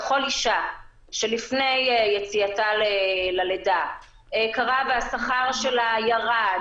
לכל אישה שלפני יציאתה ללידה קרה והשכר שלה ירד,